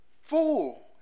Fool